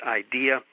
idea